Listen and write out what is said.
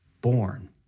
born